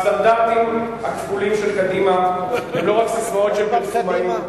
הסטנדרטים הכפולים של קדימה הם לא רק ססמאות של פרסומאים.